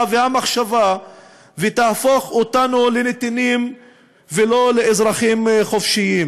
והמחשבה ותהפוך אותנו לנתינים ולא לאזרחים חופשיים.